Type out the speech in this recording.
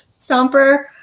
Stomper